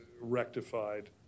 rectified